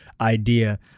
idea